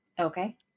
Okay